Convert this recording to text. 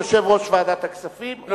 יושב-ראש ועדת הכספים,